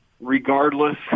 Regardless